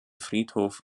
friedhof